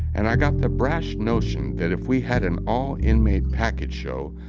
and i got the brash notion that if we had an all-inmate package show,